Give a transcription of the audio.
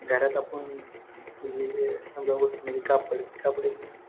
घरात आपण म्हणजे एक समजा वस्तू म्हणजे कापड कापडी